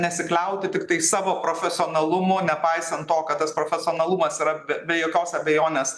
nesikliauti tiktai savo profesionalumu nepaisant to kad tas profesionalumas yra be jokios abejonės